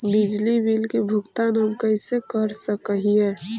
बिजली बिल के भुगतान हम कैसे कर सक हिय?